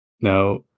Now